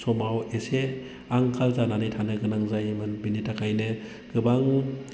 समाव एसे आंखाल जानानै थानो गोनां जायोमोन बेनि थाखायनो गोबां